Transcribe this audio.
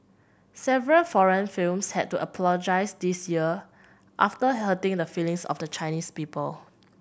several foreign films had to apologise this year after hurting the feelings of the Chinese people